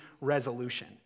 resolution